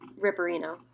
Ripperino